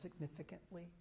significantly